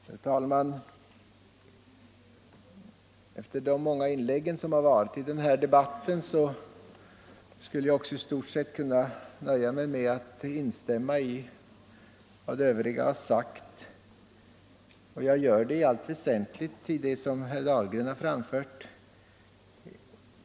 Herr talman! Efter de många inlägg som har gjorts i denna debatt skulle jag i stort sett kunna nöja mig med att instämma i vad talesmännen för utskottsmajoriteten sagt. Jag biträder således i allt väsentligt vad herr Dahlgren har anfört.